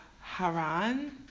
Haran